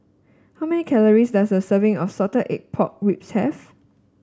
how many calories does a serving of Salted Egg Pork Ribs have